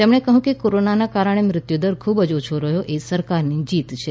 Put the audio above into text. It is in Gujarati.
તેમણે કહ્યું કે કોરોનાને કારણે મૃત્યુ દર ખૂબ જ ઓછો રહ્યો એ સરકારની જીત છે